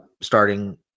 starting